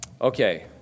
Okay